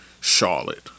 Charlotte